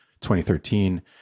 2013